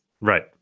Right